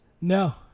No